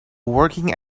working